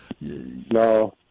no